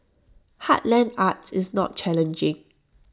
heartland arts is not challenging